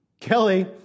Kelly